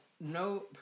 no